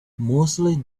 mostly